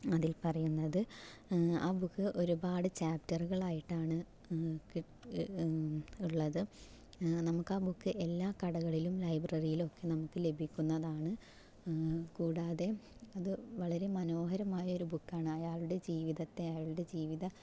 അതിൽ പറയുന്നത് ആ ബുക്ക് ഒരുപാട് ചാപ്റ്ററുകളായിട്ടാണ് ഉള്ളത് നമുക്കാ ബുക്ക് എല്ലാ കടകളിലും ലൈബ്രറിയിലും ഒക്കെ നമുക്ക് ലഭിക്കുന്നതാണ് കൂടാതെ അത് വളരെ മനോഹരമായ ഒരു ബുക്കാണ് അയാളുടെ ജീവിതത്തെ അയാളുടെ ജീവിത